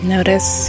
Notice